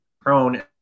prone